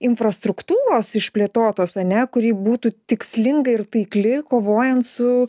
infrastruktūros išplėtotos ar ne kuri būtų tikslinga ir taikli kovojant su